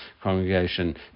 congregation